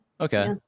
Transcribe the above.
Okay